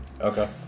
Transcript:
Okay